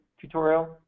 tutorial